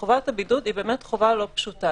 והיא אינה פשוטה.